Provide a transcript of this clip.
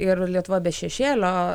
ir lietuva be šešėlio